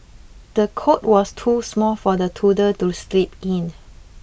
the cot was too small for the toddler to sleep in